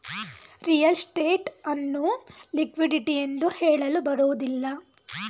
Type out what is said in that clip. real estate ಅನ್ನು liquidity ಎಂದು ಹೇಳಲು ಬರುವುದಿಲ್ಲ